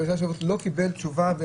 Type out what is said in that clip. שלושה שבועות לא קיבל תשובה,